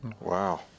Wow